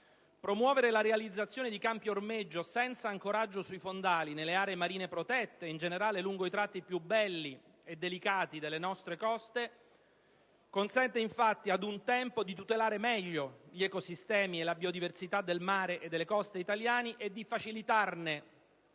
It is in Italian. Promuovere la realizzazione di campi ormeggio senza ancoraggio sui fondali nelle aree marine protette e in generale lungo i tratti più belli e delicati delle nostre coste consente infatti, ad un tempo, di tutelare meglio gli ecosistemi e la biodiversità del mare e delle coste italiani e di facilitare